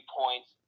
points